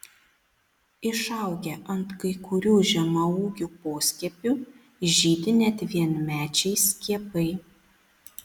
išaugę ant kai kurių žemaūgių poskiepių žydi net vienmečiai skiepai